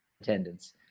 attendance